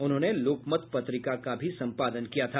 उन्होंने लोकमत पत्रिका का भी संपादन किया था